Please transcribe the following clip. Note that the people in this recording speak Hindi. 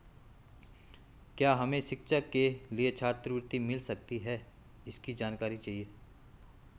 क्या हमें शिक्षा के लिए छात्रवृत्ति मिल सकती है इसकी जानकारी चाहिए?